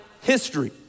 history